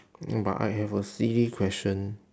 but I have a silly question